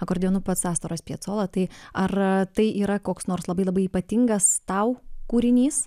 akordeonu pats astoras piacola tai ar tai yra koks nors labai labai ypatingas tau kūrinys